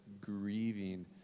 grieving